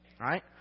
right